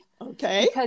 okay